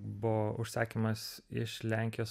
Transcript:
buvo užsakymas iš lenkijos